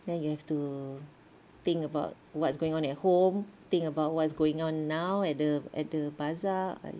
so we have to think about what's going on at home think about what's going on now at the at the bazaar